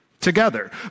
together